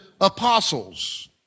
apostles